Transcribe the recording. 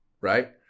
right